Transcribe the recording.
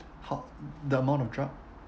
how the amount of drug